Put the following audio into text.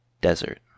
Desert